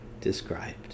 described